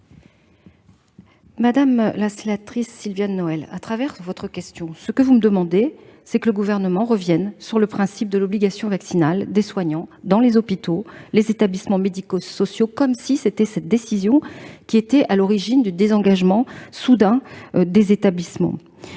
Madame la sénatrice Sylviane Noël, au travers de votre question, ce que vous demandez, c'est que le Gouvernement revienne sur le principe de l'obligation vaccinale des soignants dans les hôpitaux et les établissements médico-sociaux, comme si cette décision était à l'origine du désengagement soudain des établissements.